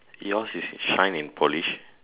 yours is shine and polish